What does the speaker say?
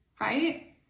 right